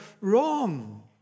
wrong